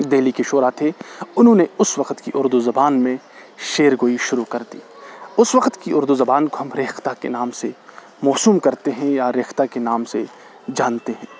دہلی کے شعرا تھے انہوں نے اس وقت کی اردو زبان میں شعر گوئی شروع کر دی اس وقت کی اردو زبان کو ہم ریختہ کے نام سے موسوم کرتے ہیں یا ریختہ کے نام سے جانتے ہیں